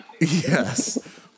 Yes